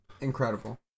Incredible